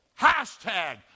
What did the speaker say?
Hashtag